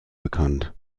bekannt